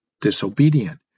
disobedient